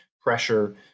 pressure